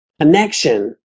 connection